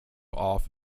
off